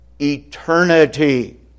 eternity